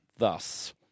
Thus